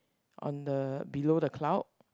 on the below the cloud